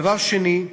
דבר שני,